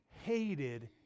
hated